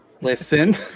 Listen